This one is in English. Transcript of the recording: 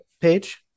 page